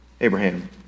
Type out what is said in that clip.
Abraham